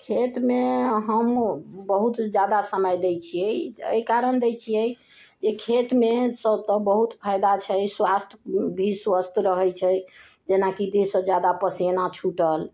खेत मे हम बहुत ही जादा समय दै छियै एहि कारण दै छियै की खेत मे सबके बहुत फायदा छै स्वास्थ्य भी स्वस्थ रहै छै जेनाकि देह से जादा पसीना छूटल